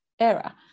era